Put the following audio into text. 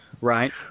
Right